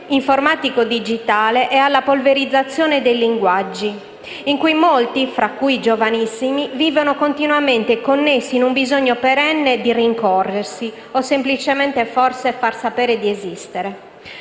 informatico-digitale e alla polverizzazione dei linguaggi, e in cui molti, fra cui i giovanissimi, vivono continuamente connessi e in un bisogno perenne di rincorrersi, o semplicemente, forse, far sapere di esistere.